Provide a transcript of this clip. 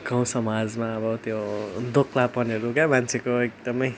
गाउँ समाजमा अब त्यो दोक्लापनहरू क्या मान्छेको एकदम